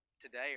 today